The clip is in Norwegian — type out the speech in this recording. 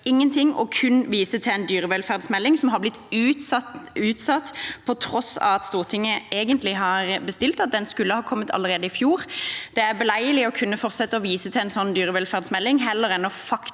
noen ting, men kun viser til en dyrevelferdsmelding som har blitt utsatt, på tross av at Stortinget egentlig har bestilt at den skulle komme allerede i fjor. Det er beleilig å kunne fortsette å vise til en sånn dyrevelferdsmelding heller enn faktisk